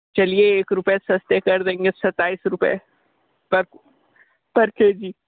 चलिए एक रुपये सस्ते कर देंगे सत्ताईस रुपये पर पर के जी